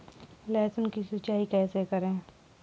लहसुन की सिंचाई कैसे करें?